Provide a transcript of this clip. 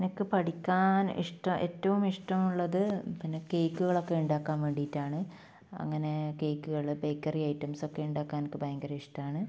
എനിക്ക് പഠിക്കാൻ ഇഷ്ടം ഏറ്റവും ഇഷ്ടം ഉള്ളത് പിന്നെ കേക്കുകളൊക്കെ ഉണ്ടാക്കാൻ വേണ്ടീട്ടാണ് അങ്ങനെ കേക്കുകൾ ബേക്കറി ഐറ്റംസ് ഒക്കെ ഉണ്ടാക്കാൻ എനിക്ക് ഭയങ്കര ഇഷ്ടമാണ്